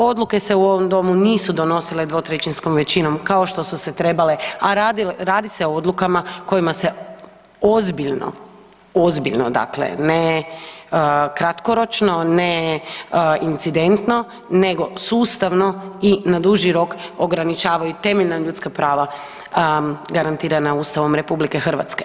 Odluke se u ovom domu nisu donosile dvotrećinskom većinom kao što su se trebale, a radi se o odlukama kojima se ozbiljno, ozbiljno dakle, ne kratkoročno, ne incidentno nego sustavno i na duži rok ograničavaju temeljna ljudska prava garantirana Ustavom RH.